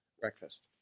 breakfast